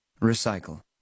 Recycle